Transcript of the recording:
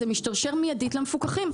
זה משתרשר מיידית למפוקחים.